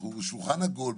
אנחנו שולחן עגול,